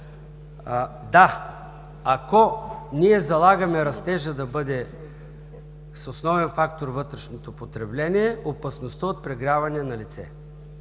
Да, ако ние залагаме растежът да бъде с основен фактор вътрешното потребление, опасността от прегряване е налице.